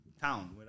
town